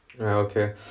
Okay